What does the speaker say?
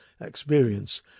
experience